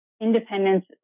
independence